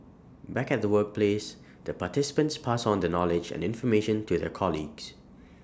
back at the workplace the participants pass on the knowledge and information to their colleagues